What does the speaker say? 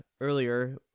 earlier